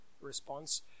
response